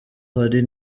hari